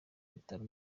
bitaro